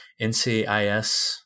NCIS